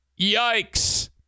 Yikes